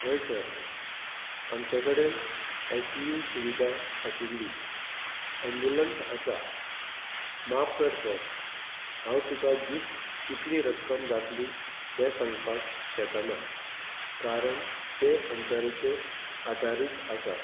हय सर आमचे कडेन आय सी यू सुविधा आशिल्ली एम्बुलंस आसा माफ कर सर हांव तुका ज्युस्त कितली रक्कम जातली तें सांगपाक शकना कारण तें अंतरचेर आदारीत आसा